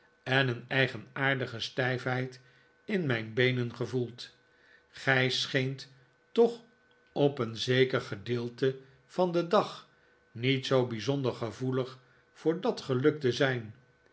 en een eigenaardige stijfheid in mijn beenen gevoeld gij scheent toch op een zeker gedeelte van den dag niet zoo bijzonder gevoelig voor dat geluk te zijn